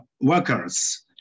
workers